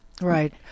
Right